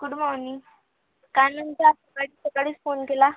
good morning काय म्हणता आज सकाळीच फोन केला